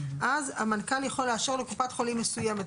אז המנכ"ל יכול לאשר לקופת חולים מסוימת,